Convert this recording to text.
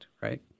right